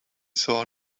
saw